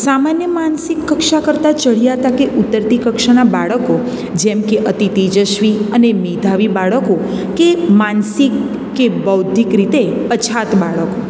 સામાન્ય માનસિક કક્ષા કરતા ચડિયાતા કે ઉતરતી કક્ષાના બાળકો જેમ કે અતિ તેજસ્વી અને મેધાવી બાળકો કે માનસિક કે બૌદ્ધિક રીતે પછાત બાળકો